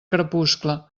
crepuscle